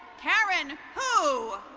karen hu.